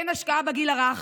אין השקעה בגיל הרך.